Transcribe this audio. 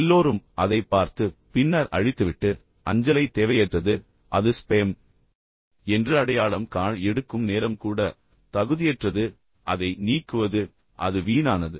எல்லோரும் அதைப் பார்த்து பின்னர் அழித்துவிட்டு அஞ்சலை தேவையற்றது அது ஸ்பேம் என்று அடையாளம் காண எடுக்கும் நேரம் கூட தகுதியற்றது அதை நீக்குவது அது வீணானது